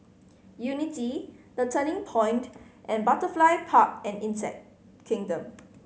Unity The Turning Point and Butterfly Park and Insect Kingdom